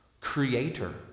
creator